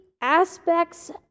aspects